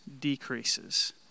decreases